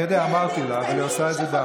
אני יודע, אמרתי לה, אבל היא עושה את זה דווקא.